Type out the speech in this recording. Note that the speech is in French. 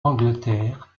angleterre